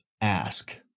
ask